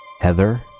heather